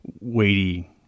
weighty